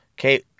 Okay